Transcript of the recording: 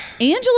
Angela